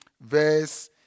verse